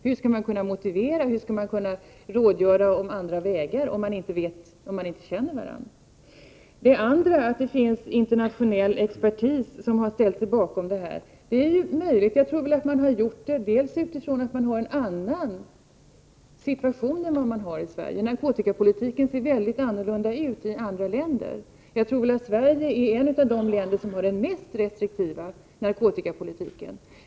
Hur skall man kunna motivera, hur skall man kunna rådgöra om andra vägar, om man inte känner varandra? Att det finns internationell expertis som har ställt sig bakom ställningstagandet är ju möjligt. Jag tror väl att man har gjort det delvis på grund av att man har en annan situation än vad vi har i Sverige. Narkotikapolitiken ser mycket annorlunda ut i andra länder. Jag tror att Sverige är ett av de länder som har den mest restriktiva narkotikapolitiken.